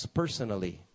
personally